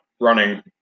running